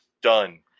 Done